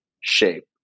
shape